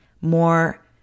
more